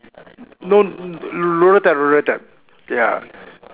no roller type roller type ya